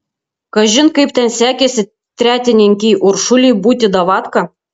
kažin kaip ten sekėsi tretininkei uršulei būti davatka